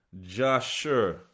joshua